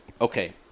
okay